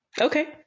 Okay